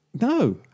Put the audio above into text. No